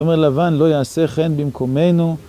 אומר לבן לא יעשה חן במקומנו.